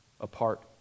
apart